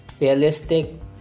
realistic